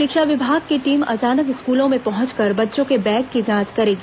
शिक्षा विभाग की टीम अचानक स्कूलों में पहुंचकर बच्चों के बैग की जांच करेगी